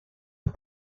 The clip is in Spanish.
los